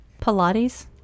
Pilates